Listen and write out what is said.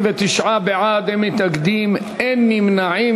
התשע"ג 2013,